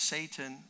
Satan